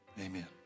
Amen